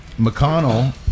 McConnell